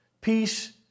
peace